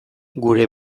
gure